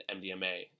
MDMA